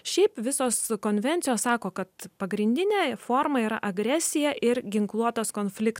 šiaip visos konvencijos sako kad pagrindinė forma yra agresija ir ginkluotas konflikt